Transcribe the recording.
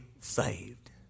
saved